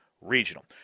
Regional